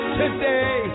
today